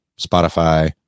Spotify